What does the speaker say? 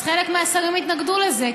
חלק מהשרים התנגדו זה,